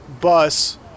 bus